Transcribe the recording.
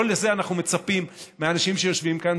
לא לזה אנחנו מצפים מהאנשים שיושבים כאן.